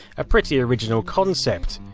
a pretty original concept.